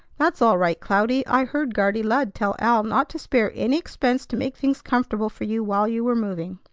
that's all right, cloudy. i heard guardy lud tell al not to spare any expense to make things comfortable for you while you were moving.